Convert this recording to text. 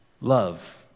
love